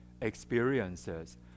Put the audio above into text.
experiences